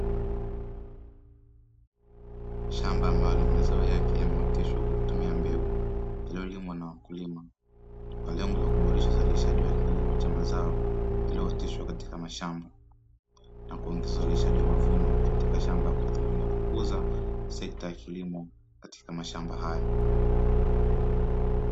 Shamba ambalo mazao yake yameoteshwa kwa kutumia mbegu yaliyolimwa na wakulima kwa lengo la kuboresha uzalishaji wa kilimo cha mazao yaliyooteshwa katika mashamba na kuongeza uzalishaji wa mavuno katika shamba kwa dhumuni la kukuza sekta ya kilimo katika mashamba hayo.